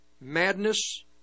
madness